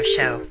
Show